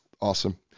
Awesome